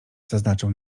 zaznaczył